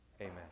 amen